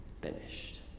finished